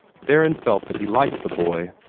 theron felt that he liked the boy.